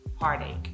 heartache